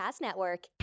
Network